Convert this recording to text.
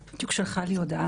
היא בדיוק שלחה לי הודעה